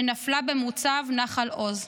שנפלה במוצב נחל עוז.